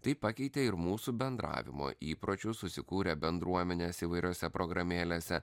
tai pakeitė ir mūsų bendravimo įpročius susikūrė bendruomenės įvairiose programėlėse